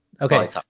Okay